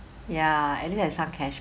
ya at least have some cash